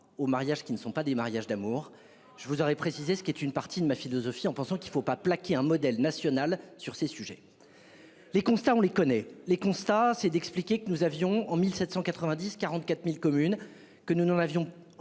au mariage qui ne sont pas des mariages d'amour. Je vous aurais précisé ce qui est une partie de ma philosophie en pensant qu'il ne faut pas plaquer un modèle national sur ces sujets. Les constats, on les connaît les constats, c'est d'expliquer que nous avions en 1790 44.000 communes que nous n'en avions en